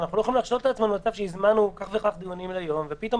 אנחנו לא יכולים להרשות לעצמנו מצב שהזמנו כך וכך דיונים ליום ופתאום